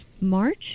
March